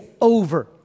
over